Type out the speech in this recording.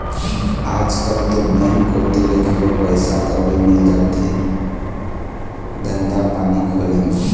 आजकल तो बेंक कोती ले घलोक पइसा कउड़ी मिल जाथे धंधा पानी खोले म